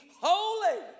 holy